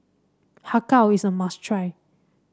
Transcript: Har Kow is a must try